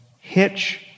Hitch